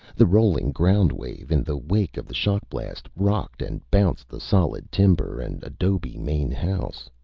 the rolling ground wave in the wake of the shock blast, rocked and bounced the solid, timber and adobe main house.